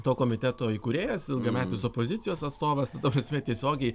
to komiteto įkūrėjas ilgametis opozicijos atstovas ta ta prasme tiesiogiai